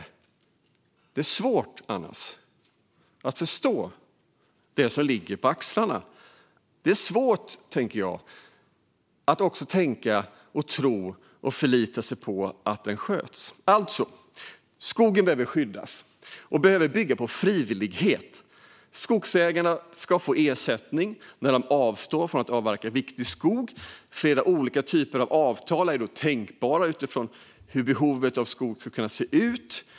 Annars är det svårt att förstå det som ligger på axlarna. Det är svårt, tänker jag, att tänka och tro och förlita sig på att den sköts. Skogen behöver alltså skyddas, och skyddet behöver bygga på frivillighet. Skogsägarna ska få ersättning när de avstår från att avverka viktig skog. Flera olika typer av avtal är tänkbara utifrån hur behovet av skydd ser ut.